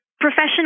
Professional